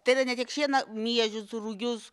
tai da ne tik šieną miežius rugius